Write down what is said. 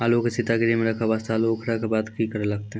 आलू के सीतगृह मे रखे वास्ते आलू उखारे के बाद की करे लगतै?